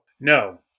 no